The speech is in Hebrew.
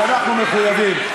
כשאנחנו מחויבים.